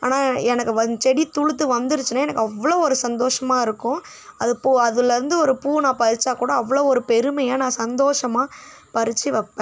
ஆனால் எனக்கு வந்து செடி துளுத்து வந்துருச்சுனா எனக்கு அவ்வளோ ஒரு சந்தோஷமாக இருக்கும் அது பூ அதுலருந்து ஒரு பூ நான் பறிச்சா கூட அவ்வளோ ஒரு பெருமையாக நான் சந்தோஷமாக பறிச்சு வைப்பேன்